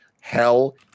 Hell